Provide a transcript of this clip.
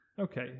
Okay